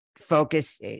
focus